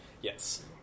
Yes